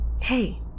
Hey